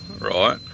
right